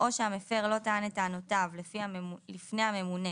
או שהמפר לא טען את טענותיו לפני הממונה